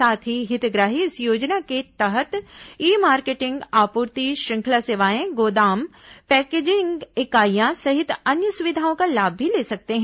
साथ ही हितग्राही इस योजना के तहत ई मार्केटिंग आपूर्ति श्रंखला सेवाएं गोदाम पैकेंजिंग इकाइयां सहित अन्य सुविधाओं का लाभ भी ले सकते हैं